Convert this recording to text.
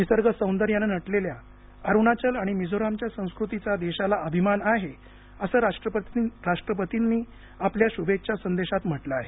निसर्ग सौंदर्यानं नटलेल्या अरुणाचल आणि मिझोरमच्या संस्कृतीचा देशाला अभिमान आहे असं राष्ट्रपतींनी आपल्या शुभेच्छा संदेशात म्हटलं आहे